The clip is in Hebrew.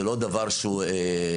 זה לא דבר שהוא מחייב.